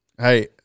Hey